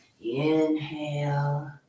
Inhale